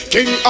King